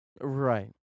right